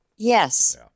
Yes